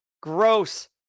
gross